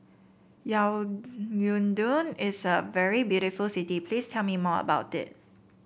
Yaounde is a very beautiful city Please tell me more about it